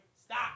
Stop